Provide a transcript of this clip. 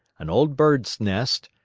an old bird's nest,